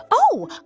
oh,